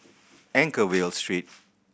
Anchorvale Street